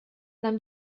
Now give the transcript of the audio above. нам